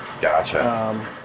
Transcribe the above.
Gotcha